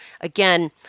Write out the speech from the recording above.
again